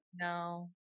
No